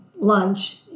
lunch